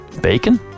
Bacon